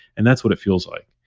and that's what it feels like.